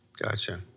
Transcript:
Gotcha